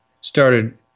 started